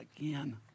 again